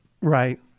Right